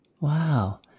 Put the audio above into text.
Wow